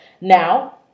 Now